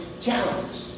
challenged